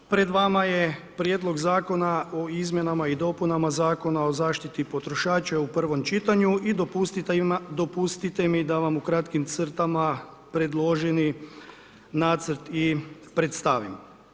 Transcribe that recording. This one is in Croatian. Pred vama je Prijedlog zakona o Izmjenama i dopunama Zakona o zaštiti potrošača u prvom čitanju i dopustite mi da vam u kratkim crtama predloženi nacrt i predstavim.